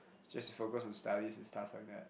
just to focus on studies and stuff like that